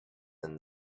than